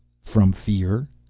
from fear?